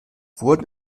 wurden